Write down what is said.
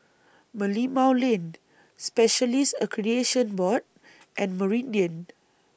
Merlimau Lane Specialists Accreditation Board and Meridian